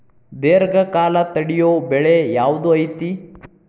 ದೇರ್ಘಕಾಲ ತಡಿಯೋ ಬೆಳೆ ಯಾವ್ದು ಐತಿ?